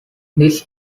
this